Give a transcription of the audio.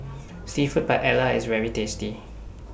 Seafood Paella IS very tasty